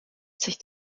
sich